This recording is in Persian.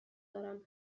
دارم